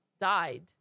died